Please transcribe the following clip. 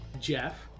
Jeff